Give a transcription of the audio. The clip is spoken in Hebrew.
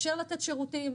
לאפשר לתת שירותים,